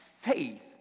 faith